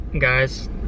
guys